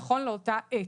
נכון לאותה עת.